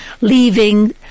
leaving